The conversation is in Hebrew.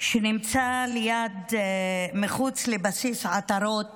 שנמצא מחוץ לבסיס עטרות